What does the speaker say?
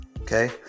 Okay